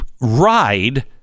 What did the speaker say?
ride